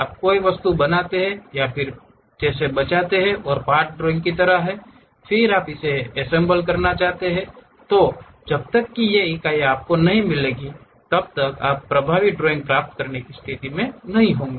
आप कोई वस्तु बनाते हैं जैसे बचाते हैं पार्ट ड्राइंग की तरह फिर आप इसे इकट्ठा करना चाहते हैं जब तक कि ये इकाइयां आपको नहीं मिलेंगी जब तक आप प्रभावी ड्राइंग प्राप्त करने की स्थिति में नहीं होंगे